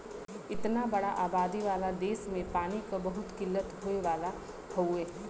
इतना बड़ा आबादी वाला देस में पानी क बहुत किल्लत होए वाला हउवे